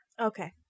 Okay